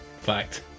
Fact